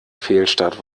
fehlstart